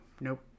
Nope